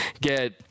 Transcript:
get